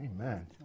Amen